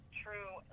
true